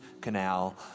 canal